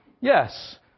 Yes